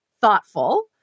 thoughtful